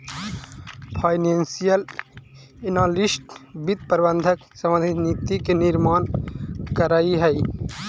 financial analyst वित्त प्रबंधन संबंधी नीति के निर्माण करऽ हइ